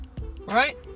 Right